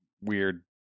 weird